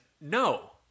no